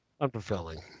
unfulfilling